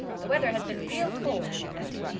the weather has been real cold, she wrote,